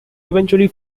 eventually